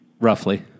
roughly